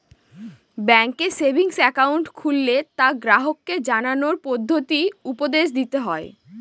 ব্যাঙ্কে savings account খুললে তা গ্রাহককে জানানোর পদ্ধতি উপদেশ দিতে হয়